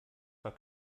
war